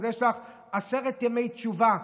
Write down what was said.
אז יש לך עשרת ימי תשובה,